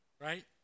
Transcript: right